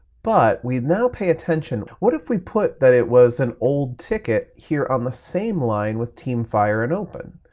but we now pay attention, what if we put that it was an old ticket here on the same line with teamfire and open?